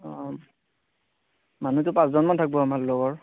অ মানুহতো পাঁচজনমান থাকিব আমাৰ লগৰ